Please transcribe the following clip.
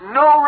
no